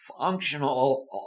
functional